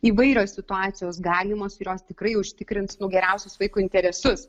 įvairios situacijos galimos ir jos tikrai užtikrins geriausius vaiko interesus